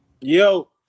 Yo